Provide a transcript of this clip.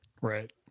Right